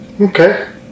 Okay